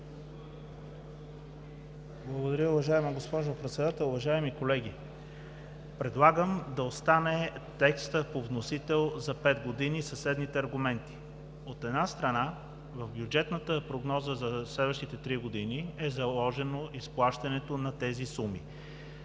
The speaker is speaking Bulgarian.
Благодаря. Уважаема госпожо Председател, уважаеми колеги! Предлагам да остане текстът по вносител за 5 години със следните аргументи. От една страна, в бюджетната прогноза за следващите 3 години е заложено изплащането на тези суми.